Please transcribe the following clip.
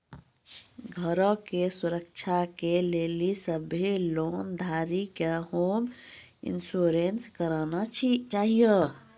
घरो के सुरक्षा के लेली सभ्भे लोन धारी के होम इंश्योरेंस कराना छाहियो